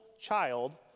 child